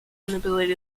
inability